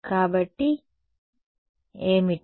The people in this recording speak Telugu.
అవును కాదు కాబట్టి ఏమిటి